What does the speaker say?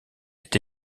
est